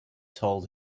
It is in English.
told